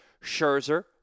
Scherzer